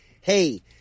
hey